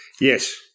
Yes